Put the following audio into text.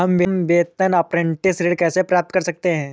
हम वेतन अपरेंटिस ऋण कैसे प्राप्त कर सकते हैं?